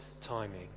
timing